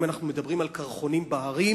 אם אנחנו מדברים על קרחונים בהרים,